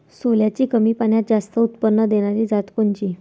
सोल्याची कमी पान्यात जास्त उत्पन्न देनारी जात कोनची?